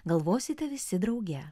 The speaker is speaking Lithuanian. galvosite visi drauge